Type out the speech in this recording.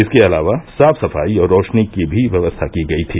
इसके अलावा साफ सफाई और रौशनी की भी व्यवस्था की गयी थी